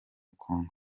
congo